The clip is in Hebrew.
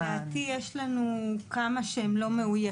לדעתי יש לנו כמה שהם לא מאוישים.